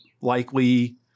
likely